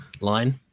line